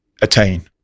attain